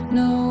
no